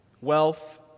Wealth